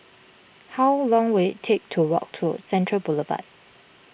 how long will it take to walk to Central Boulevard